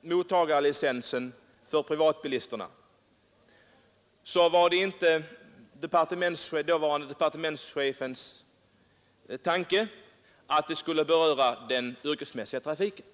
mottagarlicensen för privatbilisterna så var det inte dåvarande departementschefens tanke att detta skulle beröra den yrkesmässiga trafiken.